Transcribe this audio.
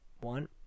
One